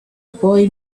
boy